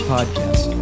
Podcast